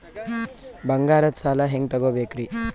ಬಂಗಾರದ್ ಸಾಲ ಹೆಂಗ್ ತಗೊಬೇಕ್ರಿ?